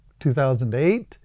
2008